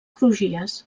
crugies